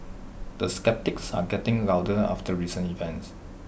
the sceptics are getting louder after recent events